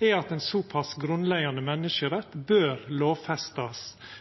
er at ein såpass grunnleggjande